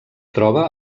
troba